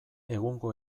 egungo